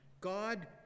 God